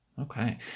okay